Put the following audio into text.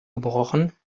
gebrochen